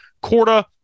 Corda